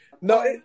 no